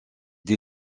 des